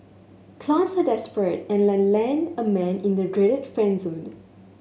clowns are desperate and land a man in the dreaded friend zone